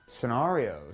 scenarios